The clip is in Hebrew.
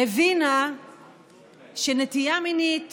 הבינה שנטייה מינית